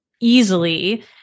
easily